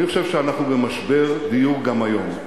אני חושב שאנחנו במשבר דיור גם היום.